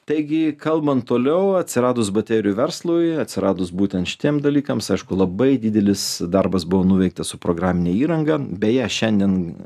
taigi kalbant toliau atsiradus baterijų verslui atsiradus būtent šitiem dalykams aišku labai didelis darbas buvo nuveiktas su programine įranga beje šiandien